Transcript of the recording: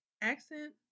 accent